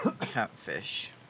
catfish